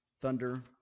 thunder